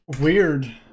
weird